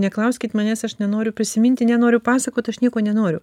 neklauskit manęs aš nenoriu prisiminti nenoriu pasakot aš nieko nenoriu